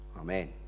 Amen